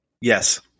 Yes